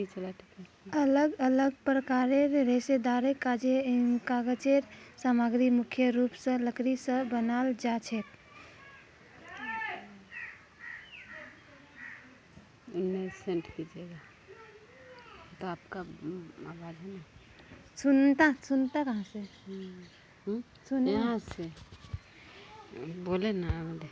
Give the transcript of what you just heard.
अलग अलग प्रकारेर रेशेदार कागज़ेर सामग्री मुख्य रूप स लकड़ी स बनाल जाछेक